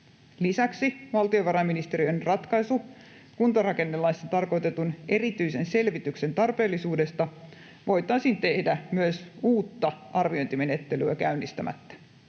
Lisäksi valtiovarainministeriön ratkaisu kuntarakennelaissa tarkoitetun erityisen selvityksen tarpeellisuudesta voitaisiin tehdä myös uutta arviointimenettelyä käynnistämättä,